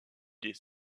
des